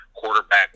quarterback